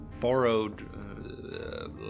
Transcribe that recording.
borrowed